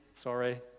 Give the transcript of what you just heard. sorry